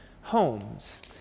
homes